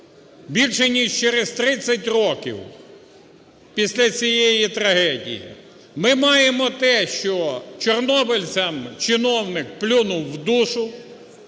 більше ніж через 30 років після цієї трагедії? Ми маємо те, що чорнобильцям чиновник плюнув в душу,